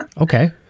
Okay